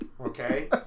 okay